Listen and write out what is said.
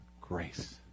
grace